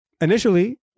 initially